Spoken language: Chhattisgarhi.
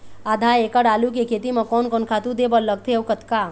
आधा एकड़ आलू के खेती म कोन कोन खातू दे बर लगथे अऊ कतका?